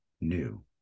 new